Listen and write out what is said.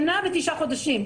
שנה ותשעה חודשים.